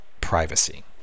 privacy